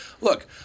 Look